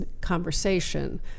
conversation